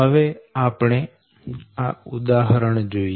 હવે આપણે આ ઉદાહરણ જોઈએ